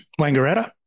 Wangaratta